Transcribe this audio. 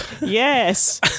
yes